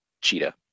Cheetah